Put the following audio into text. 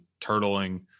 turtling